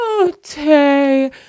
okay